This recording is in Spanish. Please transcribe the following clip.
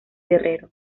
guerrero